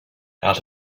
out